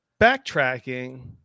backtracking